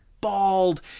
bald